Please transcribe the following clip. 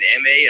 MA